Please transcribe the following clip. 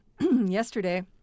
yesterday